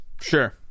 Sure